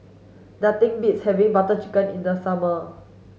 nothing beats having Butter Chicken in the summer